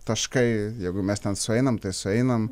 taškai jeigu mes ten sueinam sueinam